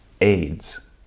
AIDS